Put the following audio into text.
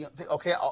okay